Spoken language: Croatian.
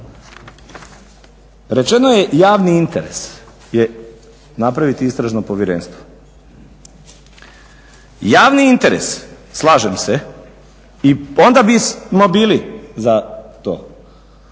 rečeno je javni interes je napraviti istražno povjerenstvo. Javni interes slažem se i onda bismo bili za to.